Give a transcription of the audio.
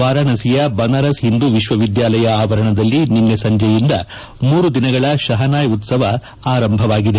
ವಾರಾಣಸಿಯ ಬನಾರಸ್ ಹಿಂದೂ ವಿಶ್ವವಿದ್ಯಾಲಯ ಆವರಣದಲ್ಲಿ ನಿನ್ನೆ ಸಂಜೆಯಿಂದ ಮೂರು ದಿನಗಳ ಶಹನಾಯಿ ಉತ್ತವ ಆರಂಭವಾಗಿದೆ